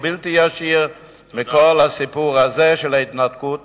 בלתי ישיר מכל הסיפור הזה של ההתנתקות